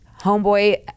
homeboy